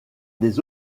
des